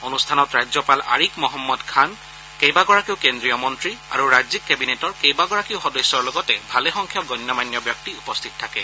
অনুষ্ঠানত ৰাজ্যপাল আৰিফ মহম্মদ খান কেইবাগৰাকীও কেন্দ্ৰীয় মন্ত্ৰী আৰু ৰাজ্যিক কেবিনেটৰ কেইবাগৰাকীও সদস্যৰ লগতে ভালেসংখ্যক গণ্যমান্য ব্যক্তি উপস্থিত থাকে